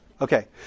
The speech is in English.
Okay